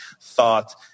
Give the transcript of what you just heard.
thought